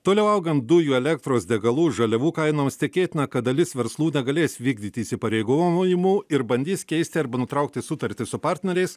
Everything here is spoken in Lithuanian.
toliau augant dujų elektros degalų žaliavų kainoms tikėtina kad dalis verslų negalės vykdyti įsipareigojimų ir bandys keisti arba nutraukti sutartį su partneriais